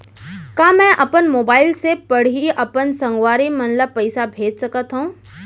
का मैं अपन मोबाइल से पड़ही अपन संगवारी मन ल पइसा भेज सकत हो?